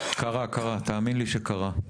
קרה קרה, תאמין לי שקרה.